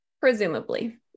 Presumably